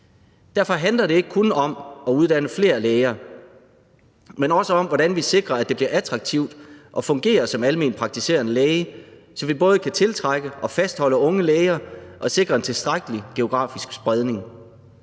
Det handler ikke kun om at uddanne flere læger, men også om, hvordan vi sikrer, at det bliver attraktivt at fungere som alment praktiserende læge, så vi både kan tiltrække og fastholde unge læger og kan sikre en tilstrækkelig geografisk spredning.